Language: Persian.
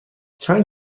چند